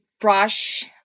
brush